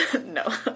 No